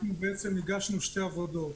אנחנו בעצם הגשנו שתי עבודות.